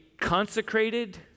consecrated